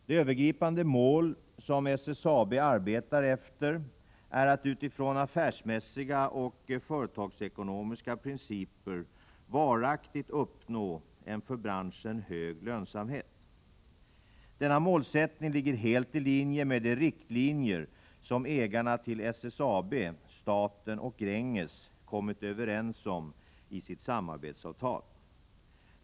Det övergripande mål som SSAB arbetar efter är att utifrån affärsmässiga och företagsekonomiska principer varaktigt uppnå en för branschen hög lönsamhet. Denna målsättning ligger helt i linje med de riktlinjer som ägarna till SSAB — staten och Gränges - kommit överens om i sitt samarbetsavtal.